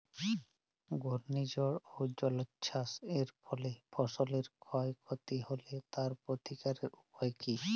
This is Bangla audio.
ঘূর্ণিঝড় ও জলোচ্ছ্বাস এর ফলে ফসলের ক্ষয় ক্ষতি হলে তার প্রতিকারের উপায় কী?